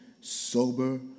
sober